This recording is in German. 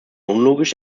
unlogisch